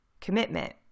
commitment